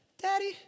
Daddy